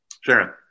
Sharon